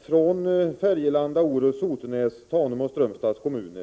från Färgelanda, Orusts, Sotenäs, Tanums och Strömstads kommuner.